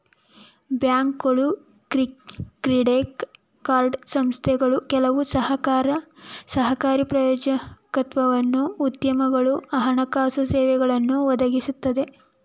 ಬ್ಯಾಂಕ್ಗಳು credit card ಸಂಸ್ಥೆಗಳು ಕೆಲವು ಸರಕಾರಿ ಪ್ರಾಯೋಜಕತ್ವದ ಉದ್ಯಮಗಳು ಹಣಕಾಸು ಸೇವೆಗಳನ್ನು ಒದಗಿಸುತ್ತೆ